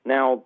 Now